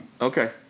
Okay